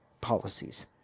policies